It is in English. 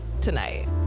tonight